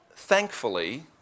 Thankfully